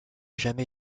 jamais